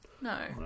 No